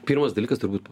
pirmas dalykas turbūt